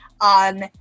on